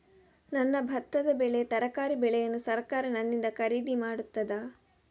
ನನ್ನ ಭತ್ತದ ಬೆಳೆ, ತರಕಾರಿ ಬೆಳೆಯನ್ನು ಸರಕಾರ ನನ್ನಿಂದ ಖರೀದಿ ಮಾಡುತ್ತದಾ?